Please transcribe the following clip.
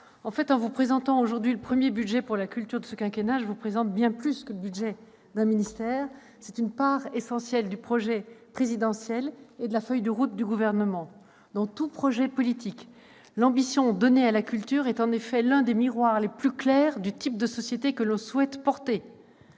sénateurs, en vous présentant aujourd'hui le premier budget de la culture de ce quinquennat, je vous présente bien plus que le budget d'un ministère : c'est une part essentielle du projet présidentiel et de la feuille de route du Gouvernement. Dans tout projet politique, l'ambition donnée à la culture est en effet l'un des miroirs les plus clairs du type de société que l'on souhaite porter.